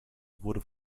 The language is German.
wurde